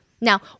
now